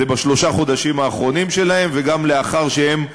זה בשלושת החודשים האחרונים שלהם וגם לאחר שהם השתחררו,